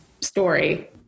story